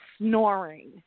snoring